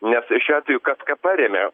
nes šiuo atveju kas ką parėmė